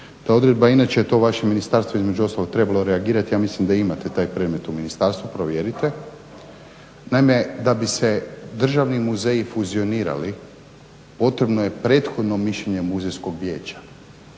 ta odredba inače je to vaše ministarstvo između ostalog trebalo reagirati. Ja mislim da imate taj predmet u ministarstvu. Provjerite. Naime, da bi se državni muzeji fuzionirali, potrebno je prethodno mišljenje muzejskog vijeća.